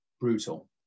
brutal